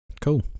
Cool